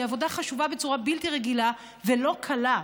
עבודה חשובה בצורה בלתי רגילה ולא קלה.